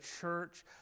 church